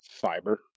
fiber